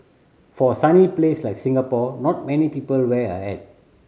for a sunny place like Singapore not many people wear a hat